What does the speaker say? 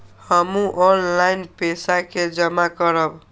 हमू ऑनलाईनपेसा के जमा करब?